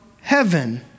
heaven